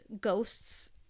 ghosts